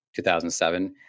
2007